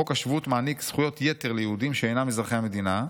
חוק השבות מעניק זכויות יתר ליהודים שאינם אזרחי המדינה,